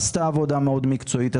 עשתה עבודה מאוד מקצועית,